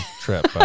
trip